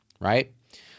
right